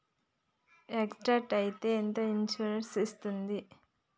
Accident అయితే ఎంత insurance వస్తది?